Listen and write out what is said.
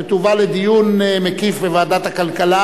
שתובא לדיון מקיף בוועדת הכלכלה,